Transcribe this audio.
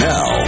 Now